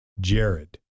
Jared